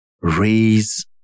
Raise